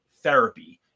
therapy